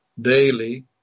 daily